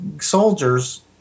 soldiers